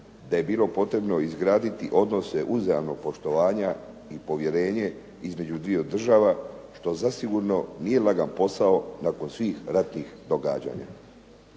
da je bilo potrebno izgraditi odnose uzajamnog poštovanja i povjerenje između dviju država što zasigurno nije lagan posao nakon svih ratnih događanja.